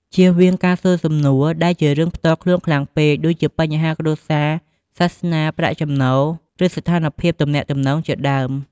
ជៀសវាងការសួរសំណួរដែលជារឿងផ្ទាល់ខ្លួនខ្លាំងពេក ដូចជាបញ្ហាគ្រួសារ សាសនា ប្រាក់ចំណូល ឬស្ថានភាពទំនាក់ទំនងជាដើម។